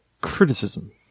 criticism